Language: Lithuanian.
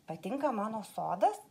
patinka mano sodas